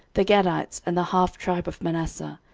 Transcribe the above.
the gadites, and the half tribe of manasseh,